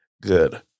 good